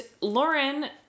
Lauren